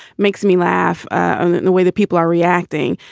makes me laugh and in the way that people are reacting.